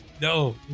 no